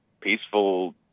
peaceful